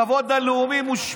הכבוד הלאומי מושפל,